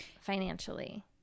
financially